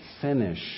finish